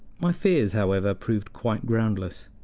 my fears, however, proved quite groundless.